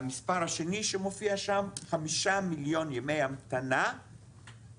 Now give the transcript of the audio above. המספר השני שמופיע שם חמישה מיליון ימי המתנה ירדו.